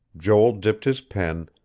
joel dipped his pen,